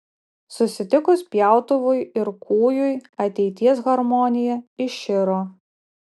susitikus pjautuvui ir kūjui ateities harmonija iširo